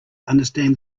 understand